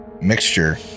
mixture